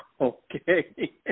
Okay